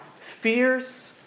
fears